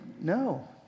no